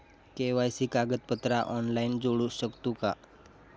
KYC कागदपत्रा online जोडू शकतू का?